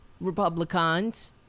republicans